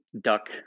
duck